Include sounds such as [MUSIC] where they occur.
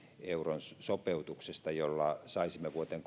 euron sopeutuksesta jolla saisimme vuoteen [UNINTELLIGIBLE]